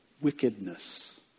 wickedness